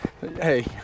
Hey